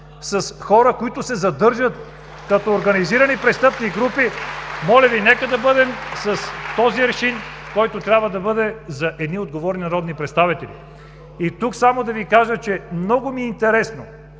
(ръкопляскания от ГЕРБ) като организирани престъпни групи, моля Ви, нека да бъдем с този аршин, който трябва да бъде за едни отговорни народни представители. И тук само да Ви кажа, че много ми е интересно